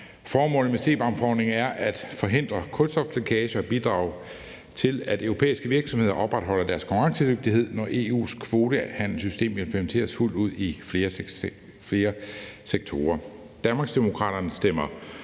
Formålet med CBAM-forordningen er at forhindre kulstoflækage og bidrage til, at europæiske virksomheder opretholder deres konkurrencedygtighed, når EU's kvotehandelssystem implementeres fuldt ud i flere sektorer. Danmarksdemokraterne stemmer